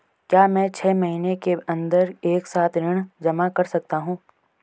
क्या मैं छः महीने के अन्दर एक साथ ऋण जमा कर सकता हूँ?